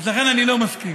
אז לכן אני לא מסכים.